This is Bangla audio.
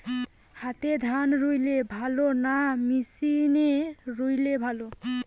হাতে ধান রুইলে ভালো না মেশিনে রুইলে ভালো?